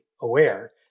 aware